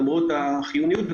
למרות החיוניות של הדבר.